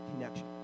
connection